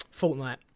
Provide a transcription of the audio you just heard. Fortnite